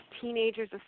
teenagers